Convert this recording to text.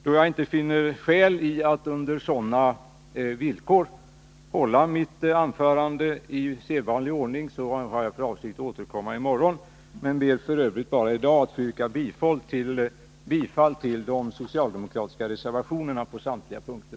Då jag inte finner skäl i att under sådana villkor hålla mitt anförande i sedvanlig ordning, har jag för avsikt att återkomma i morgon. I dag ber jag f.ö. bara att få yrka bifall till de socialdemokratiska reservationerna på samtliga punkter.